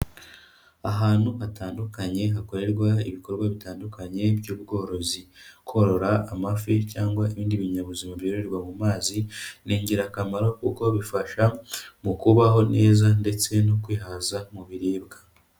Ahantu hatandukanye hakorerwa ibikorwa bitandukanye by'ubworozi. Korora amafi cyangwa ibindi binyabuzima byororerwa mu mazi, ni ingirakamaro kuko bifasha mu kubaho neza ndetse no kwihaza mu biribwa.